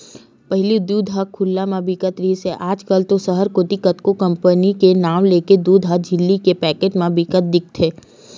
पहिली दूद ह खुल्ला म बिकत रिहिस हे आज कल तो सहर कोती कतको कंपनी के नांव लेके दूद ह झिल्ली के पैकेट म बिकत दिखथे